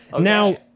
Now